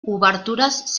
obertures